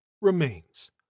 remains